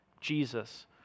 Jesus